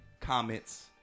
comments